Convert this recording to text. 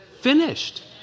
finished